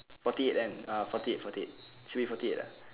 forty eight and ah forty eight forty eight should be forty eight ah